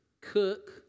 cook